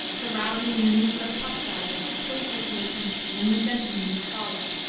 the rowdy and the negro truck-driver were closer to his sympathy than the gentleman and the scholar.